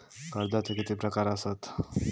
कर्जाचे किती प्रकार असात?